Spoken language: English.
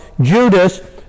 Judas